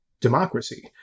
democracy